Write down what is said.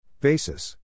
Basis